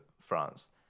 France